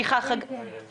אני פה